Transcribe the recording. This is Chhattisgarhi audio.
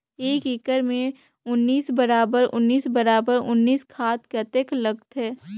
एक एकड़ मे उन्नीस बराबर उन्नीस बराबर उन्नीस खाद कतेक लगथे?